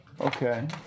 Okay